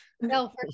No